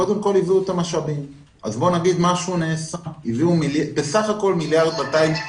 הם קודם כל הביאו את המשאבים סך הכול 1.2 מיליארד למתווה.